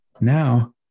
Now